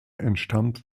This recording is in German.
entstammt